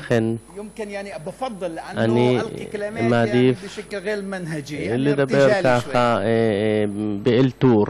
לכן אני מעדיף לדבר ככה באלתור.